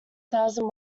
thousand